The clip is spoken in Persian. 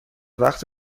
وقت